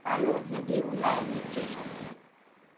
আৰু যদি ওলায় নিশ্চয় চাম